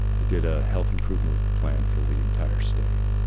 i did a health improvement plan for the entire state,